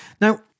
Now